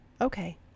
okay